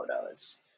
photos